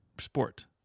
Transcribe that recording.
sport